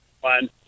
one